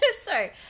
Sorry